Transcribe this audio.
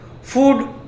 Food